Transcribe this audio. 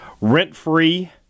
Rent-free